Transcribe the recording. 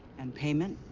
and payment?